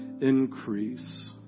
increase